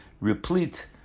replete